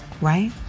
right